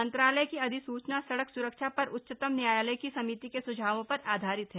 मंत्रालय की अधिसूचना सड़क स्रक्षा पर उच्चतम न्यायालय की समिति के सुझावों पर आधारित है